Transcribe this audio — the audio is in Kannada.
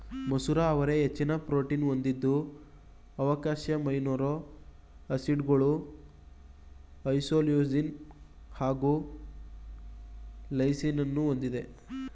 ಮಸೂರ ಅವರೆ ಹೆಚ್ಚಿನ ಪ್ರೋಟೀನ್ ಹೊಂದಿದ್ದು ಅವಶ್ಯಕ ಅಮೈನೋ ಆಸಿಡ್ಗಳು ಐಸೋಲ್ಯೂಸಿನ್ ಹಾಗು ಲೈಸಿನನ್ನೂ ಹೊಂದಿದೆ